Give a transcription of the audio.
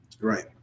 Right